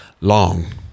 long